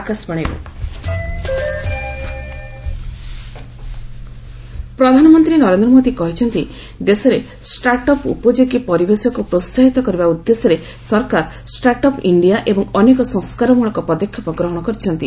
PM interview ପ୍ରଧାନମନ୍ତ୍ରୀ ନରେନ୍ଦ୍ର ମୋଦି କହିଛନ୍ତି ଦେଶରେ ଷ୍ଟାର୍ଟ ଅପ ଉପଯୋଗୀ ପରିବେଶକୁ ପ୍ରୋସାହିତ କରିବା ଉଦ୍ଦେଶ୍ୟରେ ସରକାର ଷ୍ଟାର୍ଟ ଅପ ଇଣ୍ଡିଆ ଏବଂ ଅନେକ ସଂସ୍କାର ମୂଳକ ପଦକ୍ଷେପ ଗ୍ରହଣ କରିଛନ୍ତି